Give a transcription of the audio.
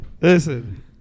listen